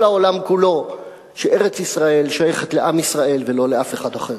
העולם כולו שארץ-ישראל שייכת לעם ישראל ולא לאף אחד אחר.